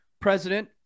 President